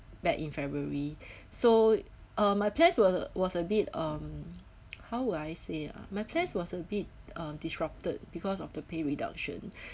back in february so uh my plan was was a bit um how would I say ah my plan was a bit uh disrupted because of the pay reduction